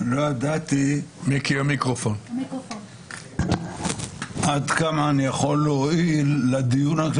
לא ידעתי עד כמה אני יכול להועיל לדיון.